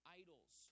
idols